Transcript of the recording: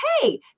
Hey